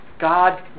God